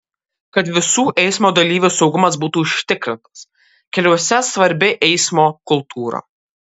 kad visų eismo dalyvių saugumas būtų užtikrintas keliuose svarbi eismo kultūra